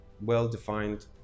well-defined